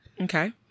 Okay